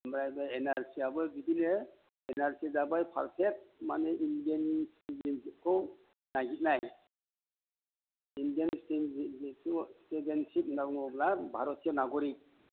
ओमफ्राय बे एनआरसियाबो बिदिनो एन आर सि जाबाय पारफेक्ट मानि इण्डियाननि सिटिजेनसिबखौ नायहैनाय इण्डियान सिटिजेनसिब सिटिजेनसिब होनना बुङोब्ला भारतिय नागरिक